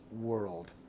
world